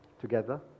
Together